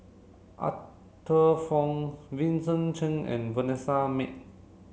Arthur Fong Vincent Cheng and Vanessa Mae